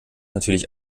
natürlich